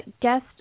guest